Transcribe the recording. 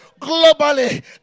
globally